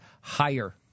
higher